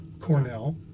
Cornell